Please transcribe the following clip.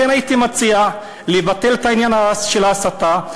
לכן הייתי מציע לבטל את העניין של ההסתה,